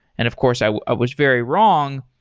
and of course, i ah was very wrong.